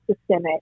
systemic